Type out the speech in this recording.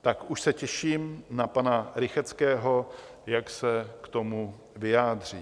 Tak už se těším na pana Rychetského, jak se k tomu vyjádří.